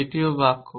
এটিও বাক্য